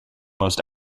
most